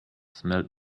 smelled